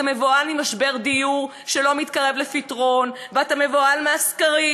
אתה מבוהל ממשבר דיור שלא מתקרב לפתרון ואתה מבוהל מהסקרים,